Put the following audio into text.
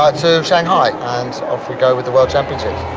ah to shanghai, and off we go with the world championships.